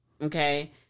Okay